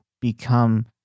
become